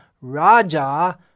Raja